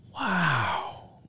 wow